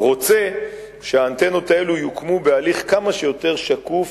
רוצה שהאנטנות האלה יוקמו בהליך כמה שיותר שקוף,